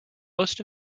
most